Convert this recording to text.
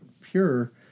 pure